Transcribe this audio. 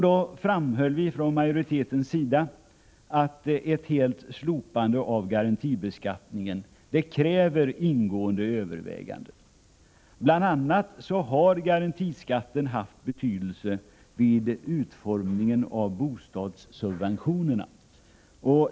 Då framhöll vi från majoritetens sida att ett helt slopande av garantibeskattningen kräver ingående överväganden. Bl. a. har garantiskatten haft betydelse vid utformningen av bostadssubventionerna.